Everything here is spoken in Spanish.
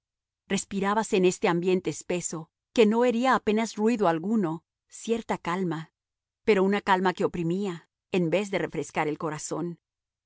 respirábase en este ambiente espeso que no hería apenas ruido alguno cierta calma pero una calma que oprimía en vez de refrescar el corazón